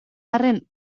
arren